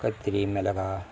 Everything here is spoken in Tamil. கத்திரி மிளகா